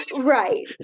Right